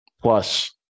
Plus